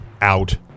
Out